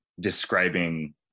describing